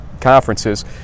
conferences